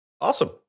Awesome